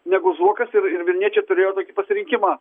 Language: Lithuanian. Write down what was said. negu zuokas ir ir vilniečiai turėjo tokį pasirinkimą